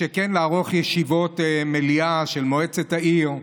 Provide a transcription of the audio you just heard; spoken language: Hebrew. כן לערוך ישיבות מליאה של מועצת העיר,